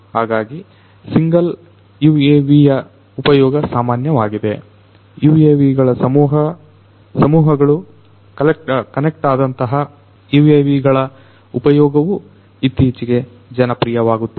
ಹಾಗಾಗಿ ಸಿಂಗಲ್ UAVಯ ಉಪಯೋಗ ಸಾಮಾನ್ಯವಾಗಿದೆUAVಗಳ ಸಮೂಹಗಳು ಕಲೆಕ್ಟ್ ಆದಂತಹ UAVಗಳ ಉಪಯೋಗವೂ ಇತ್ತೀಚಿಗೆ ಜನಪ್ರಿಯವಾಗುತ್ತಿದೆ